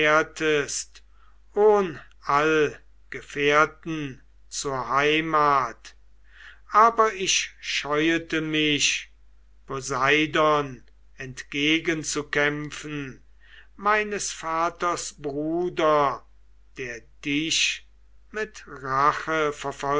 gefährten zur heimat aber ich scheute mich poseidon entgegen zu kämpfen meines vaters bruder der dich mit